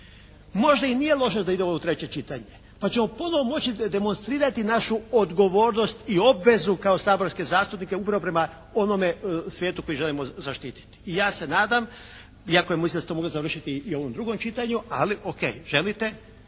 Možda i nije loše da ide ovo u treće čitanje. Pa ćemo ponovno moći demonstrirati našu odgovornost i obvezu kao saborske zastupnike upravo prema onome svijetu koji želimo zaštititi. I ja se nadam iako mislim da smo mogli to završiti u ovom drugom čitanju, ali ok. Želite